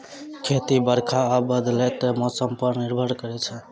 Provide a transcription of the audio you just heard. खेती बरखा आ बदलैत मौसम पर निर्भर करै छै